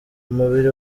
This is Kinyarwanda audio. umubiri